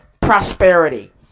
prosperity